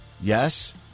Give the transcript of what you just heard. yes